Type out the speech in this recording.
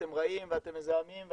אתם רעים ואתם מזהמים.